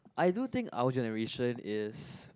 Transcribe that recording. I do think our generation is